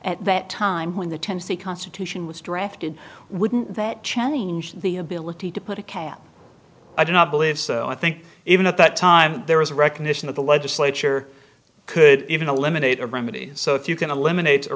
at that time when the tennessee constitution was drafted wouldn't that challenge the ability to put a cap i do not believe so i think even at that time there was a recognition of the legislature could even a limited a remedy so if you can eliminate